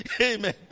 Amen